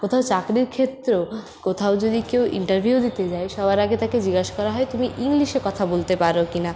কোথাও চাকরির ক্ষেত্রেও কোথাও যদি কেউ ইন্টারভিউও দিতে যায় সবার আগে তাকে জিজ্ঞেস করা হয় তুমি ইংলিশে কথা বলতে পারো কিনা